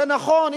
זה נכון,